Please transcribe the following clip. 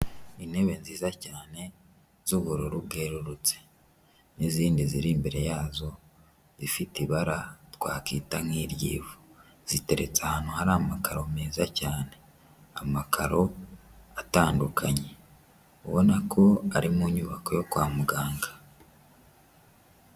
Intebe nziza cyane z'ubururu bwerurutse n'izindi ziri imbere yazo zifite ibara twakita nk'iry'ivu ziteretse ahantu hari amakaro meza cyane amakaro atandukanye ubona ko ari mu nyubako yo kwa muganga.